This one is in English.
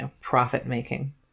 profit-making